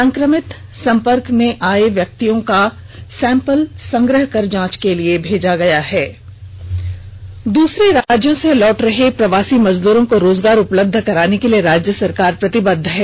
संक्रमित संपर्क में आए व्यक्तियों का सैंपल संग्रह कर जांच के लिए भेजा गया दूसरे राज्यों से लौट रहे प्रवासी मजदूरों को रोजगार उपलब्ध कराने के लिए राज्य सरकार प्रतिबद्ध है